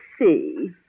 see